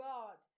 God